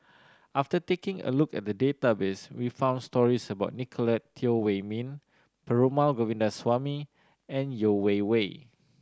after taking a look at the database we found stories about Nicolette Teo Wei Min Perumal Govindaswamy and Yeo Wei Wei